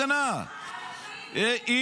יש את כל המערכות ההגנה ------- היא